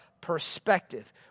perspective